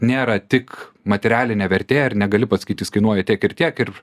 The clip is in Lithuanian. nėra tik materialinė vertė ir negali pasakyti jis kainuoja tiek ir tiek ir